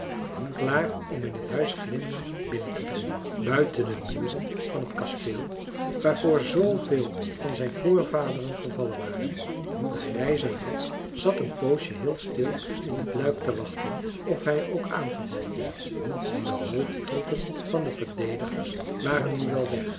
klaar om in t huis glimmingen binnen te dringen buiten de muren van dat kasteel waarvoor zveel van zijn voorvaderen gevallen waren de grijze rat zat een poosje heel stil in het luik te wachten of hij ook aangevallen werd de hoofdtroepen van de verdedigers waren nu wel weg